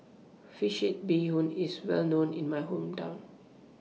Fish Head Bee Hoon IS Well known in My Hometown